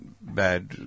bad